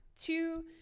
two